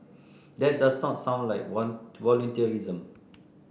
that does not sound like one to volunteerism